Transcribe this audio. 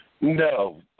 No